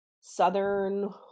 southern